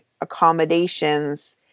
accommodations